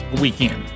weekend